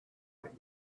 like